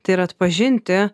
tai yra atpažinti